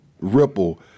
ripple